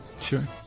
Sure